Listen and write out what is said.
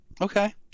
Okay